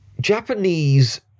Japanese